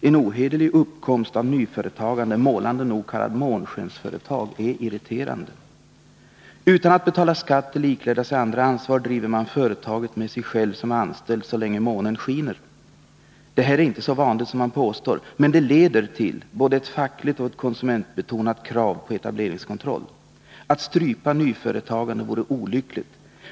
En ohederlig uppkomst av nyföretagande, målande nog kallad månskensföretag, är irriterande. Utan att betala skatt eller ikläda sig annat ansvar driver man företaget med sig själv som anställd ”så länge månen skiner”. Det här är inte så vanligt som man påstår, men det leder till både ett fackligt och ett konsumentbetonat krav på etableringskontroll. Att strypa nyföretagande vore olyckligt.